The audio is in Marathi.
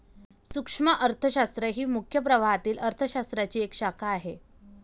सूक्ष्म अर्थशास्त्र ही मुख्य प्रवाहातील अर्थ शास्त्राची एक शाखा आहे